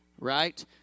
right